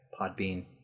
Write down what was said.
Podbean